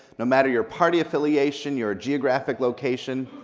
no matter your party affiliation, your geographic location,